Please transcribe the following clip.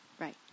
Right